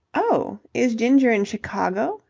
oh, is ginger in chicago?